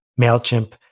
MailChimp